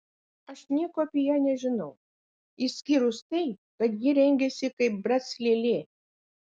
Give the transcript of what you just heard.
aš nieko apie ją nežinau išskyrus tai kad ji rengiasi kaip brac lėlė